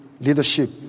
leadership